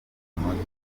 igitaramo